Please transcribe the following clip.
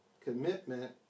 commitment